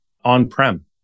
on-prem